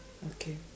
okay